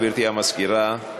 גברתי המזכירה,